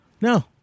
no